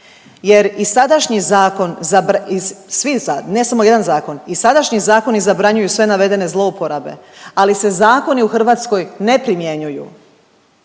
jer i sadašnji zakon i svi, ne samo jedan zakon i sadašnji zakoni zabranjuju sve navedene zlouporabe, ali se zakoni u Hrvatskoj ne primjenjuju.